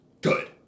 good